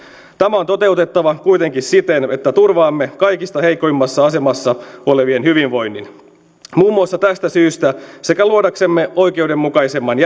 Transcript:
tämä on toteutettava kuitenkin siten että turvaamme kaikista heikoimmassa asemassa olevien hyvinvoinnin muun muassa tästä syystä sekä luodaksemme oikeudenmukaisemman